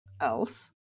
else